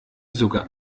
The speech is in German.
sogar